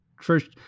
first